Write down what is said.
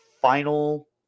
final